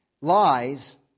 lies